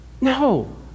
No